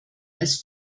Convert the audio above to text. als